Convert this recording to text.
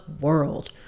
world